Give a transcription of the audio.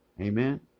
Amen